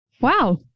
Wow